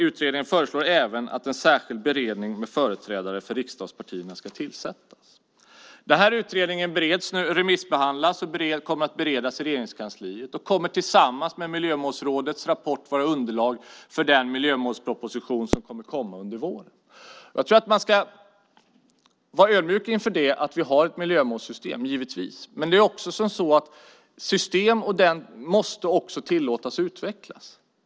Utredningen föreslår även att en särskild beredning med företrädare för riksdagspartierna ska tillsättas. Utredningen remissbehandlas nu och kommer att beredas i Regeringskansliet. Tillsammans med Miljömålsrådets rapport kommer den att vara underlag för den miljömålsproposition som kommer att komma under våren. Jag tror att man ska vara ödmjuk inför att vi har ett miljömålssystem - givetvis. Men det är också så att system måste tillåtas att utvecklas.